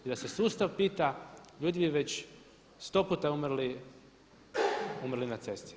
I da se sustav pita ljudi bi već 100 puta umrli, umrli na cesti.